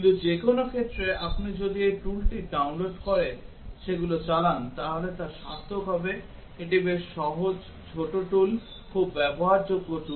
কিন্তু যেকোনো ক্ষেত্রে আপনি যদি এই toolটি ডাউনলোড করে সেগুলো চালান তাহলে তা সার্থক হবে এটি বেশ সহজ ছোট tool খুব ব্যবহারযোগ্য tool